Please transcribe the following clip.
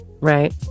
right